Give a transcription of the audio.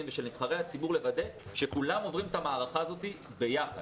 ושל נבחרי הציבור לוודא שכולם עוברים את המערכה הזאת ביחד.